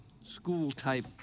school-type